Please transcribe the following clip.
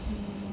mm